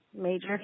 Major